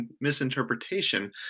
misinterpretation